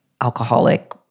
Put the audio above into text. alcoholic